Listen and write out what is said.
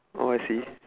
oh I see